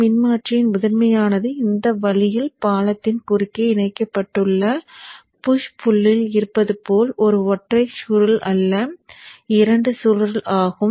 மின்மாற்றியின் முதன்மையானது இந்த வழியில் பாலத்தின் குறுக்கே இணைக்கப்பட்டுள்ள புஷ் புள் லில் இருப்பது போல் ஒரு ஒற்றை சுருள் அல்ல இரண்டு சுருள் ஆகும்